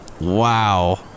Wow